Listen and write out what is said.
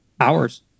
hours